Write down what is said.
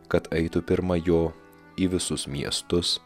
kad eitų pirma jo į visus miestus